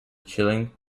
chilling